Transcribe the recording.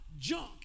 junk